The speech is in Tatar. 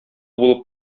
булып